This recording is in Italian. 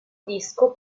disco